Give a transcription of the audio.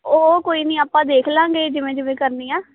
ਉਹ ਕੋਈ ਨਹੀਂ ਆਪਾਂ ਦੇਖ ਲਵਾਂਗੇ ਜਿਵੇਂ ਜਿਵੇਂ ਕਰਨੀ ਆ